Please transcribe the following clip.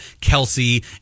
kelsey